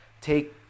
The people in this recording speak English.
Take